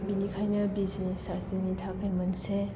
बिनिखायनो बिजनेस आ जोंनि थाखाय मोनसे